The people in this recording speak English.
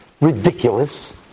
Ridiculous